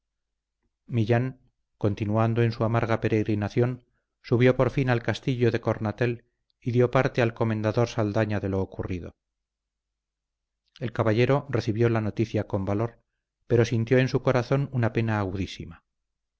millán continuando en su amarga peregrinación subió por fin al castillo de cornatel y dio parte al comendador saldaña de lo ocurrido el caballero recibió la noticia con valor pero sintió en su corazón una pena